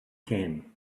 can